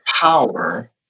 power